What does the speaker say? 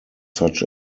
such